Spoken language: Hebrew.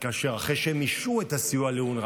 אחרי שהם השעו את הסיוע לאונר"א: